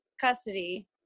custody